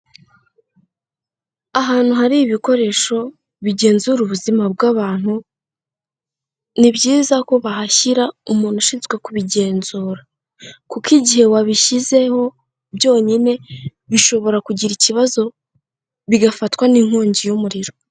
Ahantu hari ibikoresho bigenzura ubuzima bw'abantu, ni byiza ko bahashyira umuntu ushinzwe kubigenzura kuko igihe wabishyizeho byonyine bishobora kugira ikibazo bigafatwa n'inkongi y'umuriro.